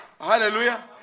Hallelujah